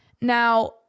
Now